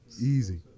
Easy